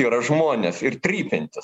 yra žmonės ir trypiantys